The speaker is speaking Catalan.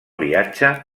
viatge